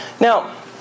now